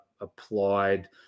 applied